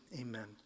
amen